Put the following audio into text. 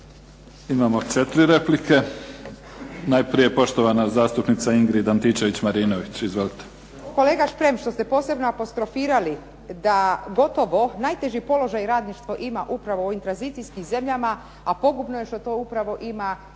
Imamo četiri replike. Najprije poštovana zastupnica Ingrid Antičević Marinović. Izvolite. **Antičević Marinović, Ingrid (SDP)** Kolega Šprem, što ste posebno apostrofirali da gotovo najteži položaj radništvo ima upravo u ovim tranzicijskim zemljama, a pogubno je što to upravo ima